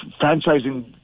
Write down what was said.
franchising